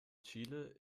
chile